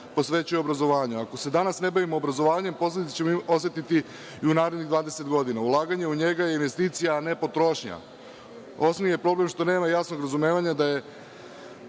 posvećuje obrazovanju. Ako se danas ne bavimo obrazovanjem, posledice ćemo osetiti i u narednih 20 godina. Ulaganje u njega je investicija, a ne potrošnja. Osnovni je problem što nema jasnog razumevanja da je